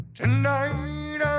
tonight